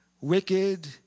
wicked